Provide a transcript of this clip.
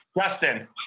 Justin